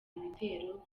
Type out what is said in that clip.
ibitero